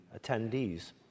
attendees